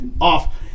off